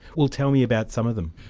well tell me about some of them.